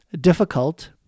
difficult